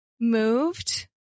moved